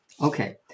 Okay